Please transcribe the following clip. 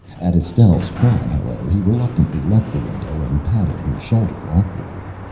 at estelle's cry, however, he reluctantly left the window and patted her shoulder awkwardly.